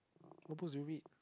what books do you read